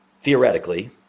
theoretically